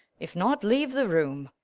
if not, leave the room.